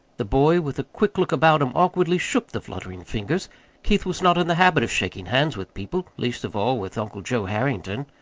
the boy, with a quick look about him, awkwardly shook the fluttering fingers keith was not in the habit of shaking hands with people, least of all with uncle joe harrington.